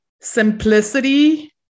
simplicity